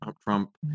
Trump